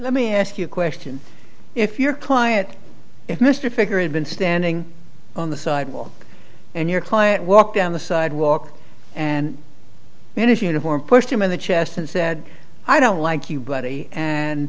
let me ask you a question if your client mr figure and been standing on the sidewalk and your client walked on the sidewalk and then if uniformed pushed him in the chest and said i don't like you buddy and